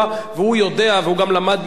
והוא גם למד ממורו מנחם בגין,